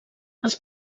els